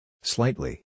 Slightly